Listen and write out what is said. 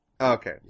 Okay